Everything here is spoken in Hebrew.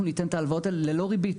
אנחנו ניתן את ההלוואות האלה ללא ריבית